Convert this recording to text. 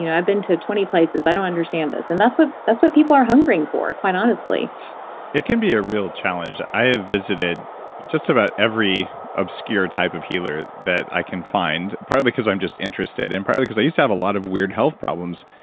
you know i've been to twenty places, i don't understand this. and that's what that's what people are hungering for quite honestly it can be a real challenge. i have visited just about every obscure type of healer that i can find, partly because i'm just interested and partly because i used to have a lot of weird health problems,